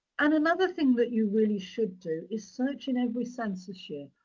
and another thing that you really should do is search in every census year.